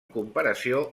comparació